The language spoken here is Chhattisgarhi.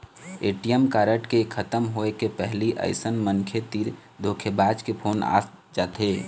ए.टी.एम कारड के खतम होए के पहिली अइसन मनखे तीर धोखेबाज के फोन आ जाथे